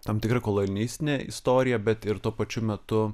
tam tikra kolonistine istorija bet ir tuo pačiu metu